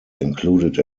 included